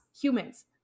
humans